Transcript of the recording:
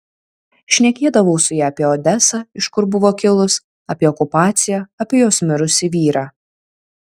šnekėdavau su ja apie odesą iš kur buvo kilus apie okupaciją apie jos mirusį vyrą